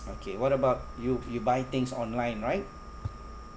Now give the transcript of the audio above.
okay what about you you buy things online right